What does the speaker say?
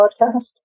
podcast